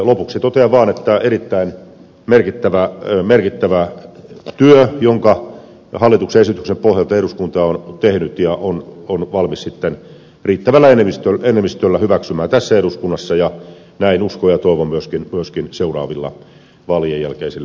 lopuksi totean vaan että erittäin merkittävä työ jonka hallituksen esityksen pohjalta eduskunta on tehnyt ja on valmis sitten riittävällä enemmistöllä hyväksymään tässä eduskunnassa ja näin uskon ja toivon myöskin seuraavilla vaalien jälkeisillä valtiopäivillä